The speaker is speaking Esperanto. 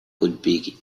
kulpigi